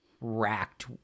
racked